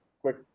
quick